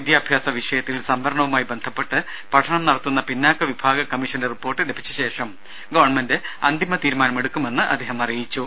വിദ്യാഭ്യാസ വിഷയത്തിൽ സംവരണവുമായി ബന്ധപ്പെട്ട് പഠനം നടത്തുന്ന പിന്നാക്ക വിഭാഗ കമ്മീഷന്റെ റിപ്പോർട്ട് ലഭിച്ച ശേഷം ഗവൺമെന്റ് അന്തിമ തീരുമാനമെടുക്കുമെന്ന് അദ്ദേഹം അറിയിച്ചു